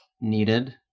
needed